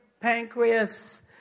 pancreas